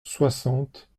soixante